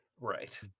Right